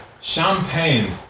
Champagne